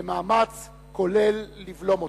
למאמץ כולל לבלום אותו.